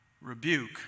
rebuke